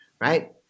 right